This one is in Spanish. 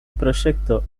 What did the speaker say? proyecto